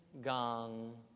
gong